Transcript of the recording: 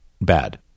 bad